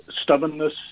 stubbornness